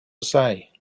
say